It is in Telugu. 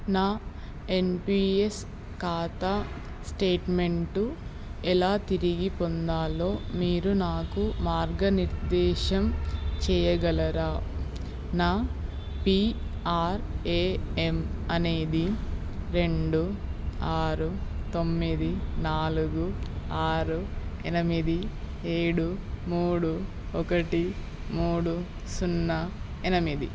నా ఎన్పీఎస్ ఖాతా స్టేట్మెంటు ఎలా తిరిగి పొందాలో మీరు నాకు మార్గనిర్దేశం చేయగలరా నా పీఆర్ఏఎం అనేది రెండు ఆరు తొమ్మిది నాలుగు ఆరు ఎనిమిది ఏడు మూడు ఒకటి మూడు సున్నా ఎనిమిది